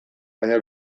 baina